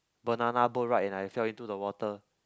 banana boat ride and I fell into the water